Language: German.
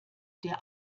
der